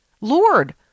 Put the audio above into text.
Lord